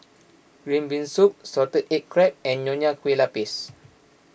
Green Bean Soup Salted Egg Crab and Nonya Kueh Lapis